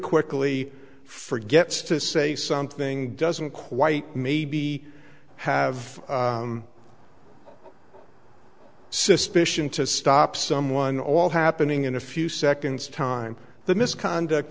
quickly forgets to say something doesn't quite maybe have suspicion to stop someone all happening in a few seconds time the misconduct